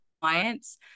clients